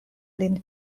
lin